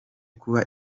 kuba